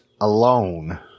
alone